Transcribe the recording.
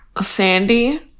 Sandy